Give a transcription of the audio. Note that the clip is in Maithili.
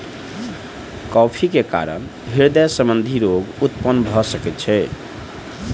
कॉफ़ी के कारण हृदय संबंधी रोग उत्पन्न भअ सकै छै